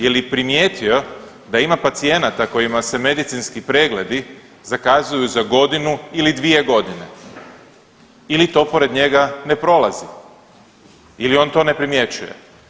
Je li primijetio da ima pacijenata kojima se medicinski pregledi zakazuju za godinu ili dvije godine ili to pored njega ne prolazi ili on to ne primjećuje?